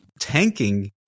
tanking